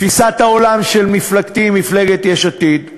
תפיסת העולם של מפלגתי, מפלגת יש עתיד,